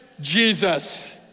Jesus